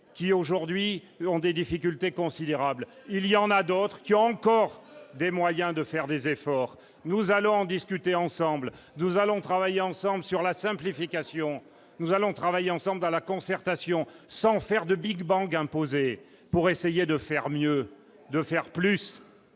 qui aujourd'hui ont des difficultés considérables, il y en a d'autres qui ont encore des moyens de faire des efforts, nous allons en discuter ensemble 12 allant travailler ensemble sur la simplification, nous allons travailler ensemble dans la concertation, sans faire de Big bang imposé pour essayer de faire mieux, de faire plus.